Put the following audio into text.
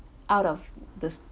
out of the